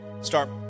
Start